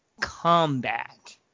combat